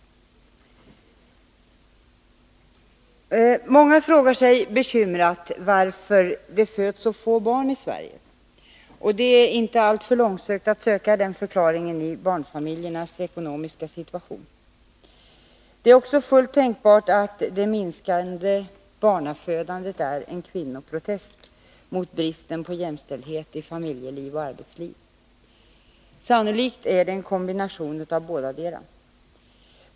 Många frågar sig bekymrat varför det föds så få barn i Sverige. Det är inte alltför långsökt att söka förklaringen i barnfamiljernas ekonomiska situation. Det är också fullt tänkbart att det minskade barnafödandet är en kvinnoprotest mot bristen på jämställdhet i familjeliv och arbetsliv. Sannolikt är det en kombination av bådadera.